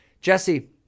Jesse